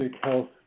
Health